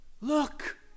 look